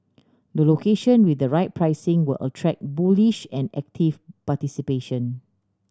the location with the right pricing will attract bullish and active participation